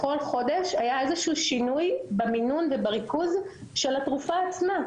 בכל חודש היה איזשהו שינוי במינון ובריכוז של התרופה עצמה.